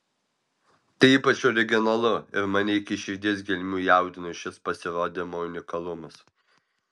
tai ypač originalu ir mane iki širdies gelmių jaudino šis pasirodymo unikalumas